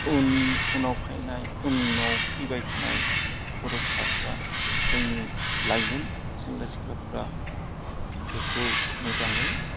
उन उनाव फायनाय उनाव फैबाय थानाय बर' फिसाफोरा जोंनि लाइमोन सेंग्रा सिख्लाफोरा बेखौ मोजाङै